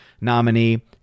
nominee